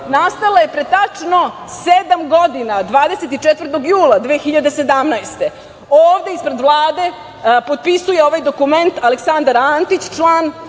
Nastala je pre tačno sedam godina, 24. jula 2017. godine, ovde ispred Vlade potpisuje ovaj dokument Aleksandar Antić, član